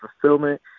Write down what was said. fulfillment